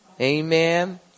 Amen